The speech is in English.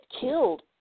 killed